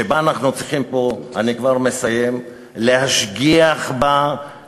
שאנחנו צריכים פה להשגיח בה,